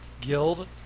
guild